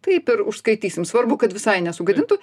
taip ir užskaitysim svarbu kad visai nesugadintų